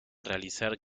realizar